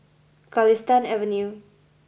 Galistan Avenue